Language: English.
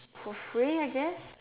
for free I guess